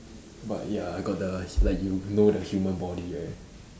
but ya got the like you know the human body right